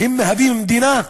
הם מהווים מדינה,